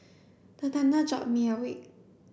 the thunder jolt me awake